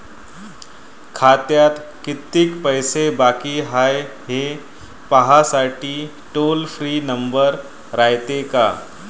खात्यात कितीक पैसे बाकी हाय, हे पाहासाठी टोल फ्री नंबर रायते का?